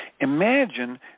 Imagine